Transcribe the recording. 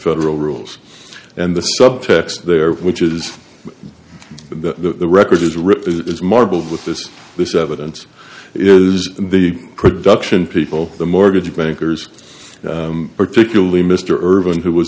federal rules and the subtext there which is the record is rip is marbled with this this evidence is the production people the mortgage bankers particularly mr ervin who was